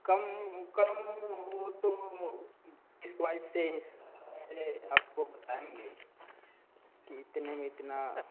कम कम वह तो क्लाइंट से ही से आपको बताएँगे कि इतने में इतना